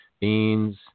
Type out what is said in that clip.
beans